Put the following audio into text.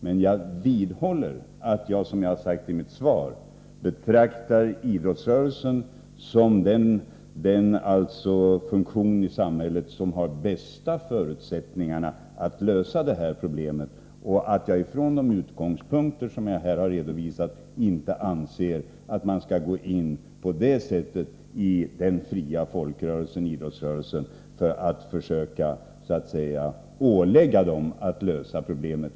Men jag vidhåller att jag, som jag sade i mitt svar tidigare, betraktar idrottsrörelsen själv som det forum i samhället som har de bästa förutsättningarna att lösa problemet. Från de utgångspunkter som jag har redovisat anser jag vidare inte att man skall gå in i den fria folkrörelsen och idrottsrörelsen och ålägga dem att lösa problemet.